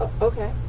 Okay